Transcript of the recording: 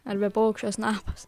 arba paukščio snapas